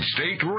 State